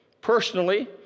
personally